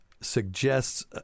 suggests